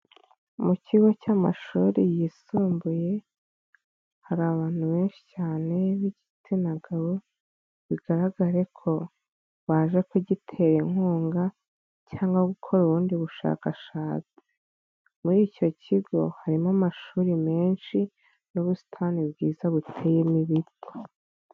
Mu kigo cy'amashuri yisumbuye, hari abantu benshi cyane b'igitsina gabo, bigaragare ko baje kugitera inkunga cyangwa gukora ubundi bushakashatsi, muri icyo kigo harimo amashuri menshi n'ubusitani bwiza buteyemo ibiti.